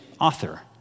author